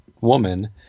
woman